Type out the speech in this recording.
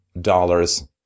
dollars